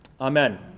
amen